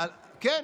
כן,